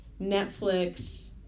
Netflix